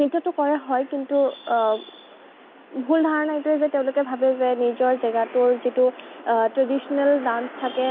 নৃত্যটো কৰে হয় কিন্তু ভুল ধাৰণা এইটোৱে যে তেওঁলোকে ভাবে যে নিজৰ জেগাটোৰ যিটো ট্ৰেডিচনেল ডান্চ থাকে